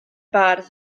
bardd